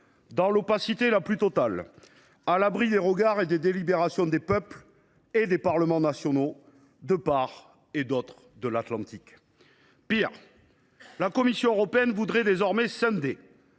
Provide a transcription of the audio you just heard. dans l’opacité la plus totale, à l’abri des regards et des délibérations des peuples et des parlements nationaux, de part et d’autre de l’Atlantique. Pis, la Commission européenne voudrait désormais scinder